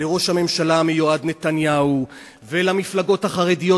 לראש הממשלה המיועד נתניהו ולמפלגות החרדיות